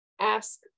ask